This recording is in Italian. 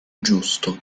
giusto